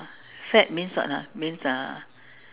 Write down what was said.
fad means what ah means uh